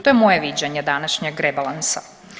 To je moje viđenje današnjeg rebalansa.